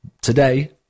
Today